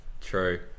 True